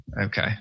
okay